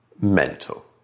mental